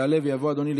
יעלה ויבוא, אדוני.